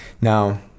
Now